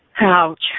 Ouch